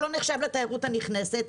שלא נחשב לתיירות הנכנסת,